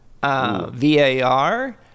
VAR